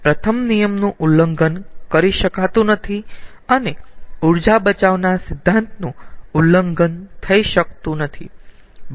પ્રથમ નિયમનું ઉલ્લંઘન કરી શકાતુ નથી અને ઊર્જા બચાવના સિદ્ધાંતનું ઉલ્લંઘન થઈ શકતું નથી